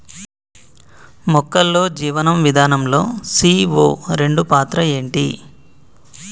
మొక్కల్లో జీవనం విధానం లో సీ.ఓ రెండు పాత్ర ఏంటి?